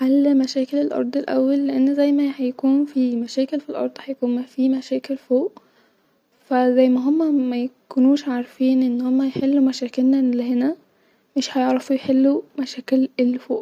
حل مشاكل الارض الاول لان زي ما هيكون في-مشاكل في الارض-هيكون ما-في مشاكل فوق فا زي ما هما-ميكونوش عارفين ان هما يحلو مشاكلنا الي هنا-مش هيعرفو يحلو المشاكل الي فوق